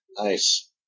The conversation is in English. Nice